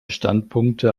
standpunkte